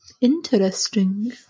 Interesting